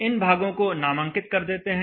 इन भागों को नामांकित कर देते हैं